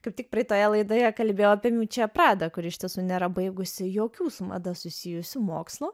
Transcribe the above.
kaip tik praeitoje laidoje kalbėjau miučiją pradą kuri iš tiesų nėra baigusi jokių su mada susijusių mokslų